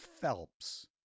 Phelps